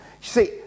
See